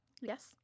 Yes